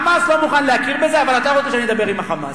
ה"חמאס" לא מוכן להכיר בזה אבל אתה רוצה שאני אדבר עם ה"חמאס".